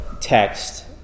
text